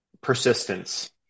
persistence